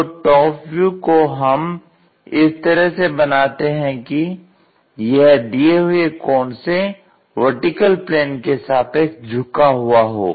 तो top view को हम इस तरह से बनाते हैं कि यह दिए हुए कोण से VP के सापेक्ष झुका हुआ हो